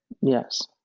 Yes